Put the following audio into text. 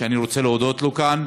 שאני רוצה להודות לו כאן.